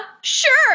sure